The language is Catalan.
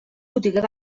botiguer